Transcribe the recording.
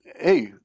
hey